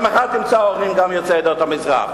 אתה מחר תמצא גם הורים יוצאי עדות המזרח.